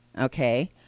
okay